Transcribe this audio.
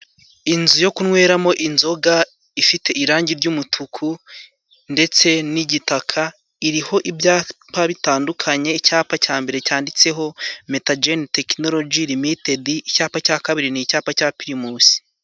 Inzu yo kunweramo inzoga ifite irangi ry'umutuku ndetse n'igitaka, iriho ibyapa bitandukanye icyapa cya mbere cyanditseho metajeni tekinoloji limitedi, icyapa cya kabiri ni icyapa cya pirimusi.